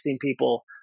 people